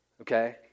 okay